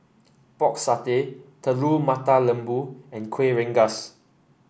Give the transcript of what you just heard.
Pork Satay Telur Mata Lembu and Kuih Rengas